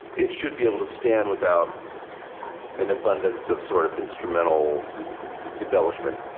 it should be able to stand without an abundance of sort of instrumental embellishment.